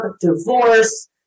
divorce